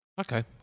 Okay